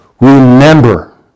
remember